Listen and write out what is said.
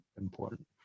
important